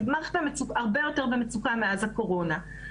היא הרבה יותר במצוקה מאז הקורונה.